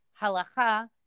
halacha